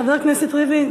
חבר הכנסת ריבלין,